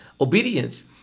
Obedience